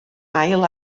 ail